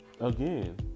again